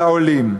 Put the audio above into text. אלא "עולים".